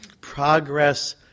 Progress